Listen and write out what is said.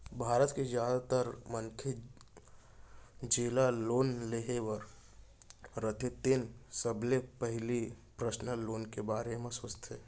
भारत के जादातर मनखे जेला लोन लेहे बर रथे तेन सबले पहिली पर्सनल लोन के बारे म सोचथे